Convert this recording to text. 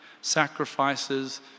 Sacrifices